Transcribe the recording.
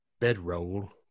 bedroll